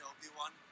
Obi-Wan